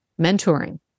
mentoring